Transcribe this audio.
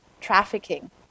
trafficking